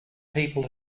people